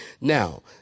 Now